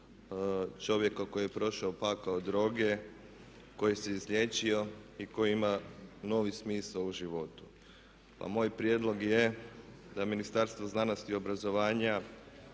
čovjeka koji je prošao pakao droge, koji se izliječio i koji ima novi smisao u životu. Pa moj prijedlog je da Ministarstvo znanosti i obrazovanja